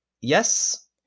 Yes